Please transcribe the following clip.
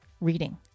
reading